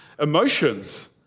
emotions